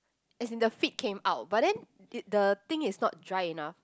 as in the feet came out but then the thing is not dry enough